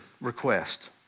request